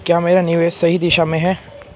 क्या मेरा निवेश सही दिशा में है?